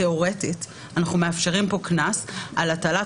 תאורטית אנחנו מאפשרים פה קנס על הטלת